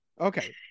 Okay